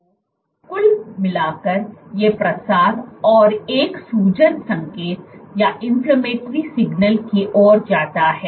तो कुल मिलाकर ये प्रसार और एक सूजन संकेत की ओर जाता है